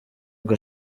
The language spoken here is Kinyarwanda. bwo